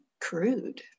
crude